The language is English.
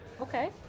Okay